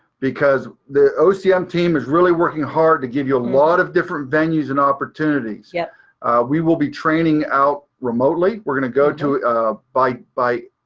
because the ocm um team is really working hard to give you a lot of different venues and opportunities. yeah we will be training out remotely. we're going to go to by, by.